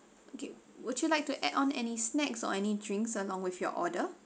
okay would you like to add on any snacks or any drinks along with your order